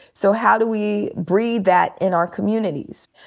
so how do we breed that in our communities?